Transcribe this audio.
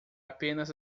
apenas